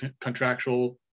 contractual